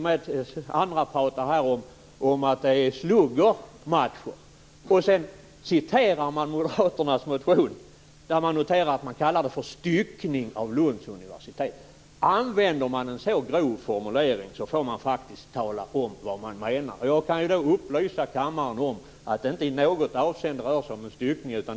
Andra talar här om att det är fråga om sluggermatcher. Sedan citeras Moderaternas motion där det talas om styckning av Lunds universitet. Om man använder en så grov formulering får man faktiskt tala om vad man menar. Jag kan upplysa kammaren om att det inte i något avseende rör sig om en styckning.